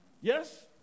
Yes